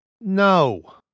No